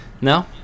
No